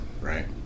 right